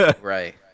Right